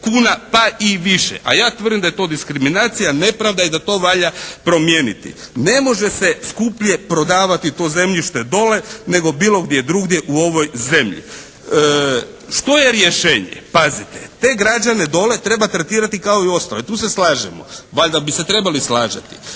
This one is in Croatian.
kuna pa i više, a ja tvrdim da je to diskriminacija, nepravda i da to valja promijeniti. Ne može se skuplje prodavati to zemljište dole nego bilo gdje drugdje u ovoj zemlji. Što je rješenje? Pazite, te građane dole treba tretirati kao i ostale. Tu se slažemo. Valjda bi se trebali slagati.